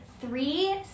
three